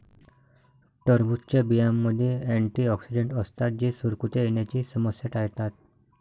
टरबूजच्या बियांमध्ये अँटिऑक्सिडेंट असतात जे सुरकुत्या येण्याची समस्या टाळतात